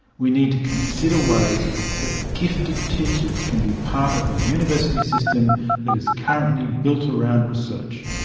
we need to consider ways that gifted teachers can be part of a university system that is currently built around research.